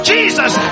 Jesus